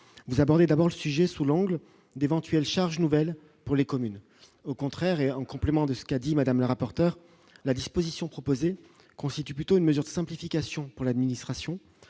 vous abordez d'abord le sujet sous l'angle d'éventuelles charges nouvelles pour les communes au contraire et en complément de. Qui a dit : Madame le rapporteur, la disposition proposée constitue plutôt une mesure de simplification pour l'administration,